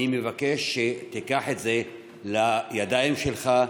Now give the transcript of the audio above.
אני מבקש שתיקח את זה לידיים שלך,